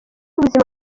buzima